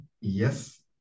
Yes